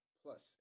plus